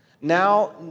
Now